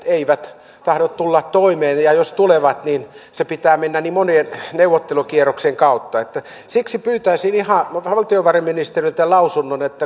eivät tahdo tulla toimeen ja jos tulevat niin pitää mennä niin monen neuvottelukierroksen kautta siksi pyytäisin ihan valtiovarainministeriltä lausunnon